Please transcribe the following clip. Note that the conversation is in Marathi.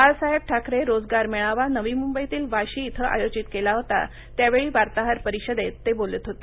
बाळासाहेब ठाकरे रोजगार मेळावा नवी मुंबईतील वाशी ििं आयोजित केला होता त्यावेळी वार्ताहर परिषदेत ते बोलत होते